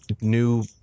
new